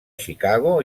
chicago